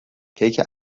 کیک